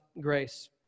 grace